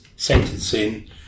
sentencing